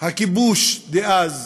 הכיבוש דאז,